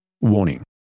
Warning